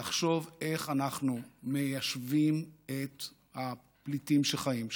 לחשוב איך אנחנו מיישבים את הפליטים שחיים שם,